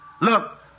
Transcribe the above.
Look